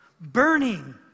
burning